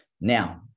Now